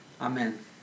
amen